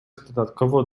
dodatkowo